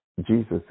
Jesus